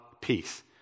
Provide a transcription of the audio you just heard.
peace